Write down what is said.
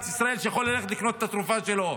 ישראל שיוכל ללכת לקנות את התרופה שלו.